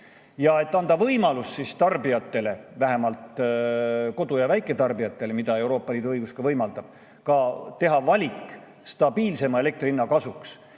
Ja anda võimalus tarbijatele, vähemalt kodu‑ ja väiketarbijatele – Euroopa Liidu õigus võimaldab seda – teha valik ka stabiilsema elektri hinna kasuks